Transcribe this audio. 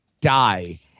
die